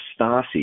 Stasi